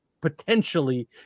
potentially